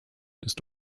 ist